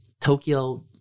Tokyo